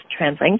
TransLink